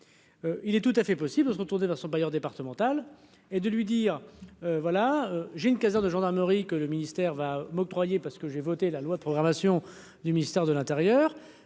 Il est tout à fait possible de se retourner dans son bailleur départemental et de lui dire : voilà, j'ai une caserne de gendarmerie que le ministère va m'octroyer parce que j'ai voté la loi de programmation du ministère de l'Intérieur,